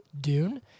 Dune